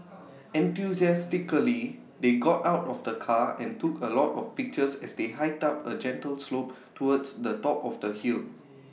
enthusiastically they got out of the car and took A lot of pictures as they hiked up A gentle slope towards the top of the hill